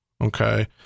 Okay